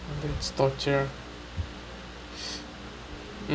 it's torture mm